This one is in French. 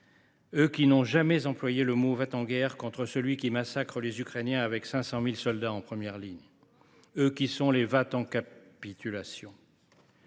eux qui n’ont jamais employé cette expression à propos de celui qui massacre les Ukrainiens avec 500 000 soldats en première ligne, eux qui sont les « va t en capitulation